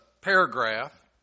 paragraph